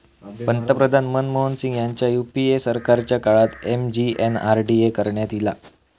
पंतप्रधान मनमोहन सिंग ह्यांच्या यूपीए सरकारच्या काळात एम.जी.एन.आर.डी.ए करण्यात ईला